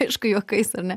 aišku juokais ar ne